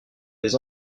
des